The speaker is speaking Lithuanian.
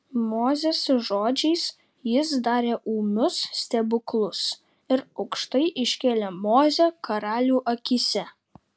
mozės žodžiais jis darė ūmius stebuklus ir aukštai iškėlė mozę karalių akyse